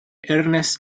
ernest